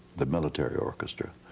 the military orchestra.